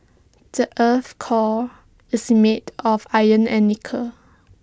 the Earth's core is made of iron and nickel